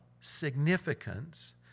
significance